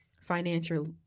financial